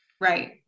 Right